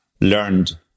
learned